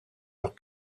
leurs